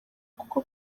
kuko